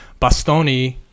bastoni